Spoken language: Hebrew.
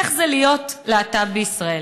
איך זה להיות להט"ב בישראל,